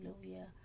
Hallelujah